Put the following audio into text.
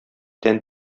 тән